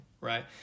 right